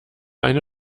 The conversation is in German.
eine